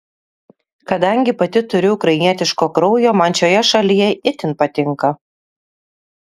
kadangi pati turiu ukrainietiško kraujo man šioje šalyje itin patinka